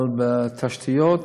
אבל בתשתיות,